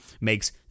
makes